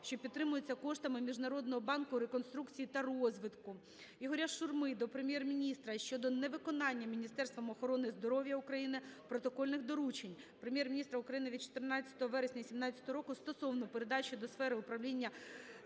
що підтримується коштами Міжнародного банку реконструкції та розвитку. Ігоря Шурми до Прем'єр-міністра щодо невиконання Міністерством охорони здоров'я України протокольних доручень Прем'єр-міністра України від 14 вересня 17-го року, стосовно передачі до сфери управління